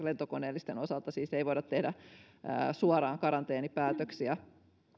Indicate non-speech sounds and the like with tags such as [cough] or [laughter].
[unintelligible] lentokoneellisten osalta ei voida tehdä suoraan karanteenipäätöksiä